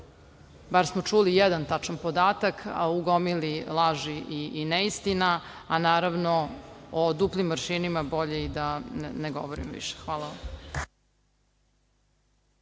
da smo čuli bar jedan tačan podatak, a u gomili laži i neistina. Naravno, o duplim aršinima bolje da i ne govorim više. Hvala